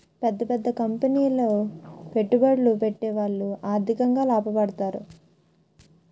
పెద్ద పెద్ద కంపెనీలో పెట్టుబడులు పెట్టేవాళ్లు ఆర్థికంగా లాభపడతారు